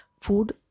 food